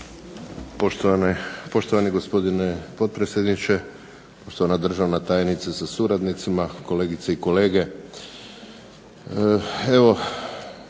Poštovani gospodine potpredsjedniče, poštovana državna tajnice sa suradnicima, kolegice i kolege.